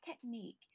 technique